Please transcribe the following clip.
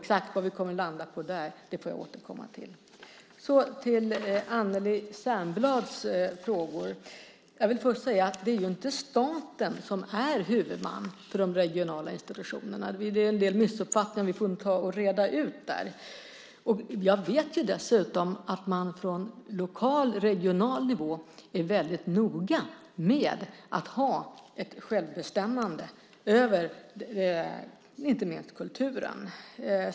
Jag får återkomma till var vi kommer att landa där. Så till Anneli Särnblads frågor. Jag vill först säga att staten inte är huvudman för de regionala institutionerna. Det finns en del missuppfattningar där. Vi får nog reda ut det. Jag vet dessutom att man på lokal och regional nivå är väldigt noga med att ha ett självbestämmande över inte minst kulturen.